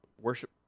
worship